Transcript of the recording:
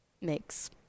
mix